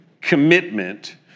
commitment